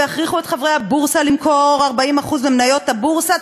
ויכריחו את חברי הבורסה למכור 40% ממניות הבורסה,